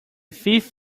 thief